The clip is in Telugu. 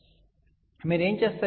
కాబట్టి మీరు ఏమి చేస్తారు